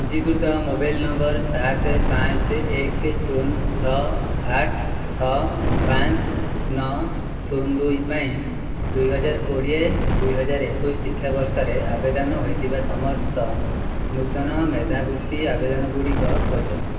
ପଞ୍ଜୀକୃତ mobile number ସାତ ପାଞ୍ଚ ଏକ ଶୂନ ଛଅ ଆଠ ଛଅ ପାଞ୍ଚ ନଅ ଶୂନ ଦୁଇ ପାଇଁ ଦୁଇ ହଜାର କୋଡ଼ିଏ ଦୁଇହଜାର ଏକୋଇଶ ଶିକ୍ଷା ବର୍ଷରେ ଆବେଦନ ହୋଇଥିବା ସମସ୍ତ ନୂତନ ମେଧାବୃତ୍ତି ଆବେଦନ ଗୁଡ଼ିକ ଖୋଜ